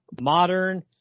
modern